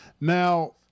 now